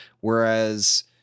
Whereas